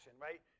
right